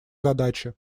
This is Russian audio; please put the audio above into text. задачи